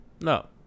no